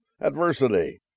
adversity